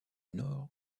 nord